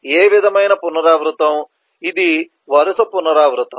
ఏ విధమైన పునరావృతం ఇది వరుస పునరావృతం